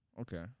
Okay